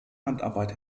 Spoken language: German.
handarbeit